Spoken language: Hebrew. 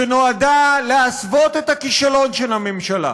שנועדה להסוות את הכישלון של הממשלה,